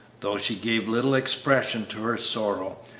though she gave little expression to her sorrow.